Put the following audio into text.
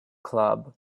club